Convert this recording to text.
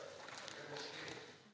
Hvala